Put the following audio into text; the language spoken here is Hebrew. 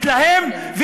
מתלהם,